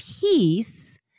peace